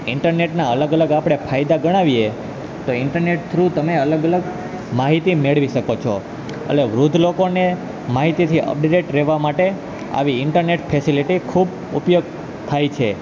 ઈન્ટરનેટના અલગ અલગ આપણે ફાયદા ગણાવીએ તો ઈન્ટરનેટ થ્રુ તમે અલગ અલગ માહિતી મેળવી શકો છો એટલે વૃદ્ધ લોકોને માહિતીથી અપડેટ રહેવા માટે આવી ઇન્ટરનેટ ફેસેલીટી ખૂબ ઉપયોગ થાય છે